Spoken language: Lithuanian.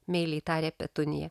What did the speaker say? meiliai tarė petunija